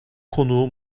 konuğu